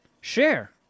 Share